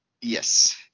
Yes